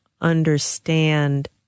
understand